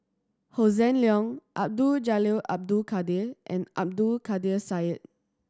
Hossan Leong Abdul Jalil Abdul Kadir and Abdul Kadir Syed